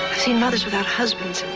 seen mothers without husbands.